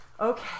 Okay